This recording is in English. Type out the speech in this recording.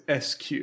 SQ